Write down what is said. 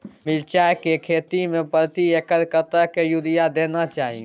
मिर्चाय के खेती में प्रति एकर कतेक यूरिया देना चाही?